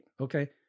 Okay